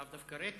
לאו דווקא רייטינג,